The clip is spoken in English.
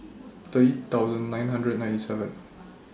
thirty thousand nine hundred ninety seven